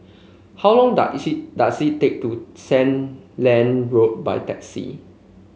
how long does does it take to Sandiland Road by taxi